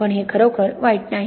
पण हे खरोखर वाईट नाही